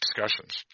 discussions